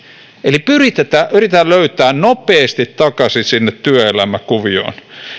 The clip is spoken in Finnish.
eli yritetään yritetään löytää nopeasti takaisin sinne työelämäkuvioon